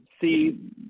see